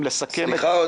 אם לסכם את זה --- סליחה,